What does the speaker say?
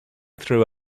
through